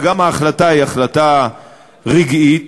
וגם ההחלטה היא החלטה רגעית,